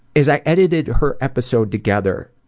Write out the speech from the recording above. as i edited her episode together,